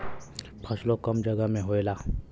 फसलो कम जगह मे होएला